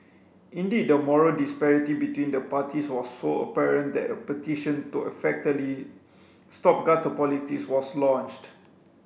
indeed the moral disparity between the parties was so apparent that a petition to effectively stop gutter politics was launched